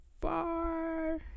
far